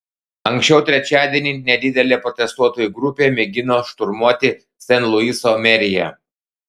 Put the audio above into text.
anksčiau trečiadienį nedidelė protestuotojų grupė mėgino šturmuoti sen luiso meriją